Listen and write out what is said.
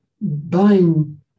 buying